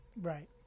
Right